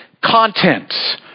content